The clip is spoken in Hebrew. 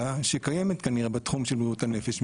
שקיימת כנראה בתחום של בריאות הנפש,